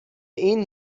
این